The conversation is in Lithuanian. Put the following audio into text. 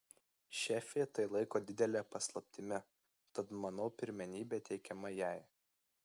šefė tai laiko didele paslaptimi tad manau pirmenybė teikiama jai